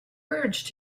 urged